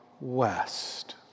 west